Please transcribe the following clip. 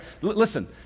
listen